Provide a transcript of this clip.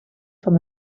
van